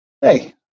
Hey